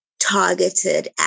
targeted